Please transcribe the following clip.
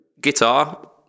guitar